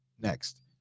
next